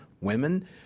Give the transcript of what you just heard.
women